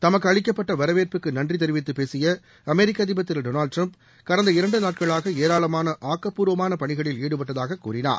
தமக்கு அளிக்கப்பட்ட வரவேற்புக்கு நன்றி தெரிவித்து பேசிய அமெரிக்க அதிபர் திரு டொனால்டு டிரம்ப் கடந்த இரண்டு நாட்களாக ஏராளமான ஆக்கப்பூர்வமான பணிகளில் ஈடுபட்டதாக கூறினார்